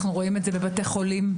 אנחנו רואים את זה בבתי חולים.